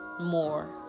more